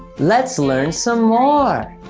let's learn some more!